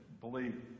believe